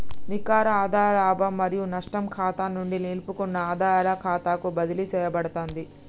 నికర ఆదాయ లాభం మరియు నష్టం ఖాతా నుండి నిలుపుకున్న ఆదాయాల ఖాతాకు బదిలీ చేయబడతాంది